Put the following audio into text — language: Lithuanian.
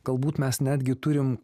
galbūt mes netgi turim